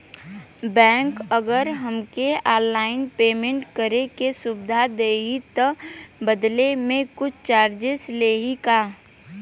Bank अगर हमके online payment करे के सुविधा देही त बदले में कुछ चार्जेस लेही का?